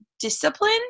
discipline